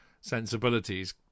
sensibilities